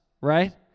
right